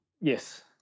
Yes